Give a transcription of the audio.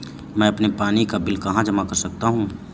मैं अपने पानी का बिल कहाँ जमा कर सकता हूँ?